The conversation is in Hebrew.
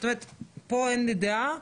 פה אין לי דעה,